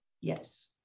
yes